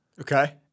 Okay